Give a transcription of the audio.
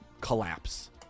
collapse